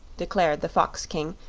declared the fox-king,